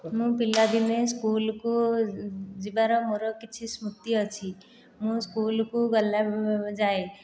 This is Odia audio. ମୁଁ ପିଲାଦିନେ ସ୍କୁଲକୁ ଯିବାର ମୋର କିଛି ସ୍ମୃତି ଅଛି ମୁଁ ସ୍କୁଲକୁ ଗଲାଯାଏ